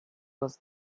was